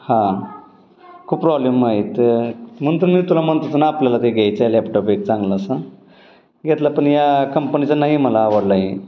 हां खूप प्रॉब्लेम आहेत म्हणून तर मी तुला म्हणतोच ना आपल्याला ते घ्यायचं आहे लॅपटॉप एक चांगला असा घेतला पण या कंपनीचा नाही मला आवडलाय